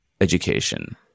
education